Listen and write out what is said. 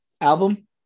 album